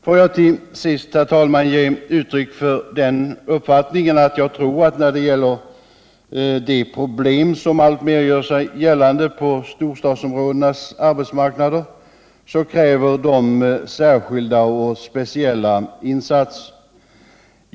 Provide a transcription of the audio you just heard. Får jag till sist, herr talman, ge uttryck för den uppfattningen att de problem som alltmer gör sig gällande på storstadsområdenas arbetsmarknader kräver speciella insatser.